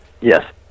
yes